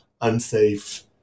unsafe